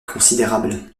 considérable